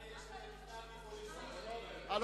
אה.